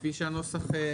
זה רשום בחוק כפי שהנוסח היה.